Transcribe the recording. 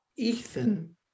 Ethan